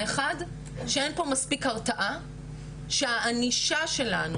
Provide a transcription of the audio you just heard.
האחד שאין פה מספיר הרתעה שהענישה שלנו